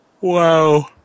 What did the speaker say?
Wow